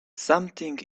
something